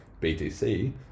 BTC